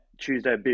tuesday